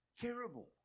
Terrible